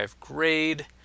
grade